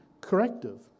corrective